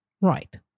Right